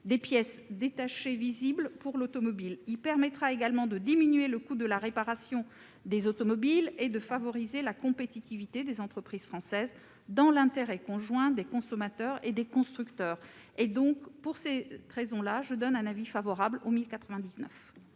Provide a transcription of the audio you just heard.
des pièces détachées visibles pour l'automobile. Il permettra également de diminuer le coût de la réparation des automobiles et de favoriser la compétitivité des entreprises françaises, dans l'intérêt conjoint des consommateurs et des constructeurs. Pour toutes ces raisons, j'émets un avis favorable.